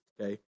okay